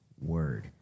word